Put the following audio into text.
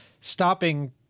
stopping